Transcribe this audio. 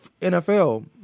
NFL